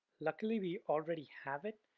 luckily, we already have it,